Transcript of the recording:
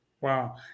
Wow